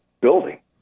building